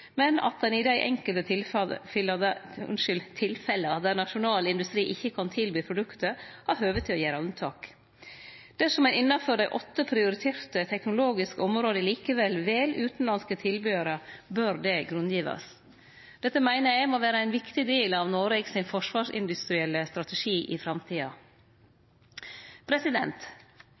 men at ein i dei enkelte tilfella der nasjonal industri ikkje kan tilby produktet, har høve til å gjere unntak. Dersom ein innanfor dei åtte prioriterte teknologiske områda likevel vel utanlandske tilbydarar, bør det grunngjevast. Dette meiner eg må vere ein viktig del av Noregs forsvarsindustrielle strategi i framtida.